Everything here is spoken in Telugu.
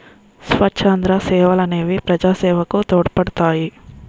స్వచ్ఛంద సంస్థలనేవి ప్రజాసేవకు తోడ్పడతాయి